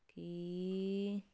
ਕੀ